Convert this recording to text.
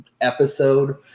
episode